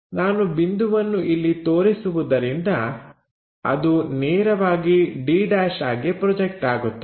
ನಾನು ಬಿಂದುವನ್ನು ಇಲ್ಲಿ ತೋರಿಸುವುದರಿಂದ ಅದು ನೇರವಾಗಿ d' ಆಗಿ ಪ್ರೊಜೆಕ್ಟ್ ಆಗುತ್ತದೆ